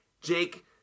Jake